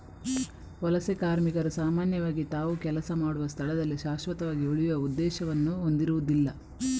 ವಲಸೆ ಕಾರ್ಮಿಕರು ಸಾಮಾನ್ಯವಾಗಿ ತಾವು ಕೆಲಸ ಮಾಡುವ ಸ್ಥಳದಲ್ಲಿ ಶಾಶ್ವತವಾಗಿ ಉಳಿಯುವ ಉದ್ದೇಶವನ್ನು ಹೊಂದಿರುದಿಲ್ಲ